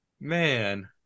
Man